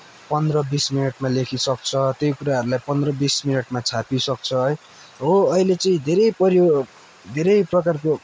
पन्ध्र बिस मिनटमा लेखिसक्छ त्यही कुराहरूलाई पन्ध्र बिस मिनटमा छापिइसक्छ है हो अहिले चाहिँ धैरै परिवर्तन धेरै प्रकारको